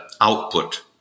output